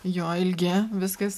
jo ilgi viskas